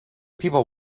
people